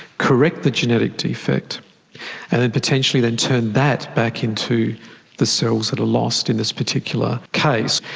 correct the genetic defect and then potentially then turn that back into the cells that are lost in this particular case.